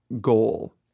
goal